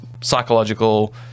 psychological